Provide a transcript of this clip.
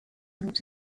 moves